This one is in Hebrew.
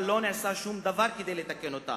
אבל לא נעשה שום דבר כדי לתקן אותה.